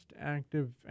active